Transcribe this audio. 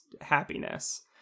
happiness